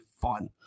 fun